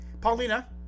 Paulina